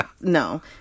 No